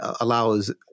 allows